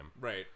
right